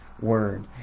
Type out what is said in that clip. word